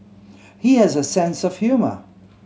he has a sense of humour